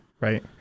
Right